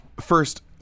First